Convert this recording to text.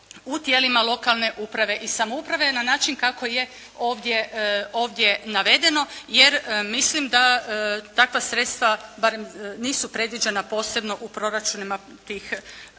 u tijelima lokalne uprave i samouprave, na način kako je ovdje navedeno. Jer mislim da takva sredstva barem nisu predviđena posebno u proračunima tih